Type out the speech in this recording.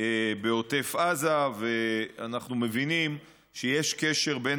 בעוטף עזה ואנחנו מבינים שיש קשר בין